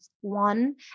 one